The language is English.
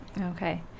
Okay